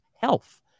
health